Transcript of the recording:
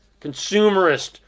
consumerist